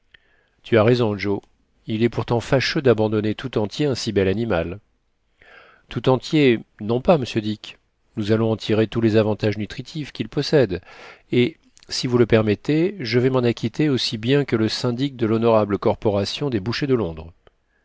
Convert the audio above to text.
tu as raison joe il est pourtant fâcheux d'abandonner tout entier un si bel animal tout entier non pas monsieur dick nous allons en tirer tous les avantages nutritifs qu'il possède et si vous le permettez je vais m'en acquitter aussi bien que le syndic de l'honorable corporation des bouchers de londres